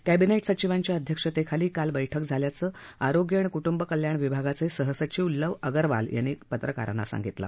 cabinet सचिवांच्या अध्यक्षतेखाली काल बैठक झाल्याचं आरोग्य आणि कुटुंब कल्याण विभागाचे सहसचिव लव अगरवाल यांनी काल पत्रकारांना सांगितलं